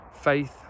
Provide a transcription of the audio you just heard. faith